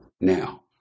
now